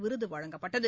விருது வழங்கப்பட்டது